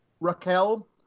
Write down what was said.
Raquel